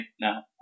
now